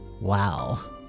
wow